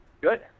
Good